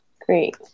great